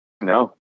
No